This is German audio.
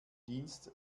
dienst